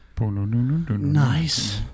nice